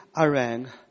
Iran